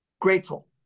grateful